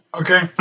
Okay